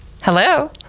Hello